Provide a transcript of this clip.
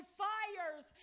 fires